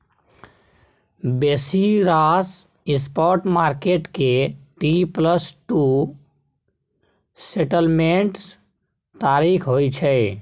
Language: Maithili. बेसी रास स्पॉट मार्केट के टी प्लस टू सेटलमेंट्स तारीख होइ छै